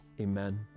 Amen